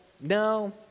no